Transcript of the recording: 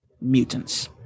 mutants